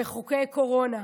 וחוקי קורונה,